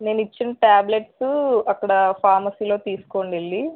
నేనిచ్చిన టాబ్లెట్సు అక్కడ ఫార్మసీలో తీసుకోండి వెళ్ళి